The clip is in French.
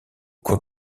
cours